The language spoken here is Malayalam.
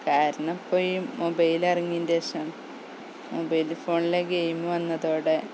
കാരണം ഇപ്പോൾ ഈ മൊബൈലിറങ്ങിയേൻ്റെ ശേഷം മൊബൈൽ ഫോണിലെ ഗെയിം വന്നതോടെ